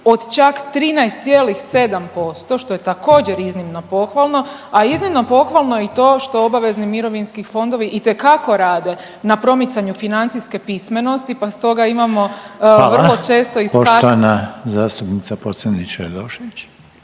od čak 13,7% što je također iznimno pohvalno. A iznimno pohvalno je i to što obavezni mirovinski fondovi itekako rade na promicanju financijske pismenosti, pa stoga imamo …/Upadica: Hvala./… vrlo često i … **Reiner, Željko